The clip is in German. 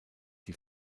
die